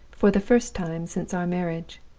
for the first time since our marriage.